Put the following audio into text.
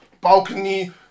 balcony